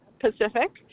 Pacific